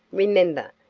remember,